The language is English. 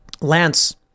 Lance